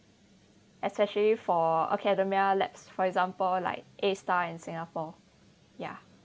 especially for academia labs for example like A*STAR in singapore ya